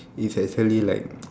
is actually like